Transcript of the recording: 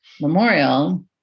Memorial